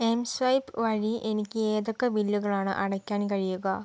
mSwipe വഴി എനിക്ക് ഏതൊക്കെ ബില്ലുകളാണ് അടയ്ക്കാൻ കഴിയുക